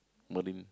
marine